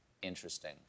Interesting